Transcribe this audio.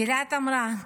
גילת אמרה: